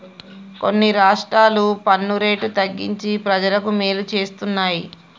కొన్ని రాష్ట్రాలు పన్ను రేటు తగ్గించి ప్రజలకు మేలు చేస్తున్నాయి